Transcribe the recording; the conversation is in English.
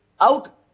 out